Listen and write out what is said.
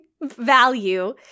value